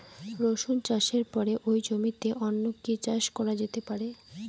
রসুন চাষের পরে ওই জমিতে অন্য কি চাষ করা যেতে পারে?